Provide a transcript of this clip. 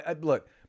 Look